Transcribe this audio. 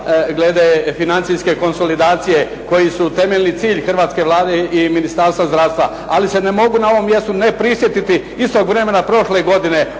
glede financijske konsolidacije koji su temeljni cilj hrvatske Vlade i Ministarstva zdravstva. Ali se ne mogu na ovom mjestu ne prisjetiti istog vremena prošle godine